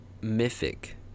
Mythic